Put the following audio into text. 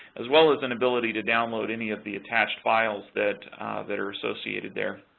as well as an ability to download any of the attached files that that are associated there.